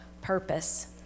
purpose